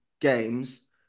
games